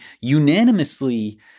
Unanimously